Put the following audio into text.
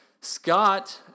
Scott